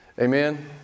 Amen